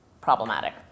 problematic